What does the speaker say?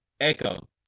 echo